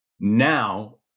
Now